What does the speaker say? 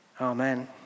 Amen